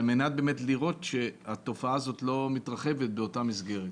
על מנת לראות שהתופעה הזאת לא מתרחבת באותה מסגרת.